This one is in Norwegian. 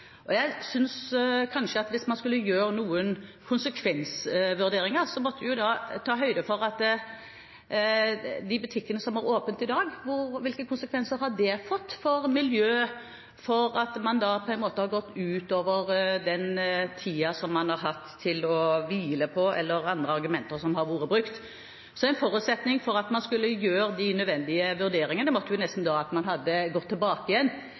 Jeg synes kanskje at hvis man skulle gjøre noen konsekvensvurderinger, måtte man ta for seg de butikkene som har åpent i dag, og se på hvilke konsekvenser det har fått for miljøet, om det har gått ut over den tiden man har hatt til å hvile, eller andre argumenter som har vært brukt. En forutsetning for å kunne gjøre de nødvendige vurderingene måtte jo nesten vært at man hadde gått tilbake igjen